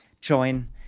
join